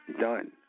done